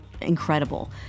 incredible